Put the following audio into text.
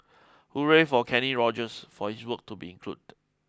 hooray for Kenny Rogers for his work to be include